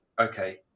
okay